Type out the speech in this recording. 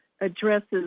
addresses